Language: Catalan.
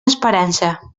esperança